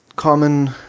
common